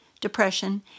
depression